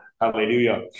Hallelujah